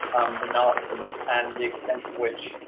um, the nazis and the extent to which,